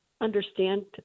understand